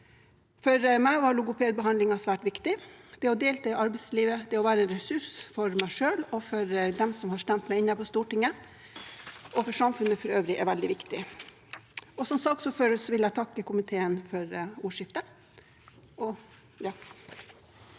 For meg var logopedbehandlingen svært viktig. Det å delta i arbeidslivet, det å være en ressurs for meg selv, for dem som har stemt meg inn på Stortinget, og for samfunnet for øvrig, er for meg veldig viktig. Som saksordfører vil jeg takke komiteen for ordskiftet.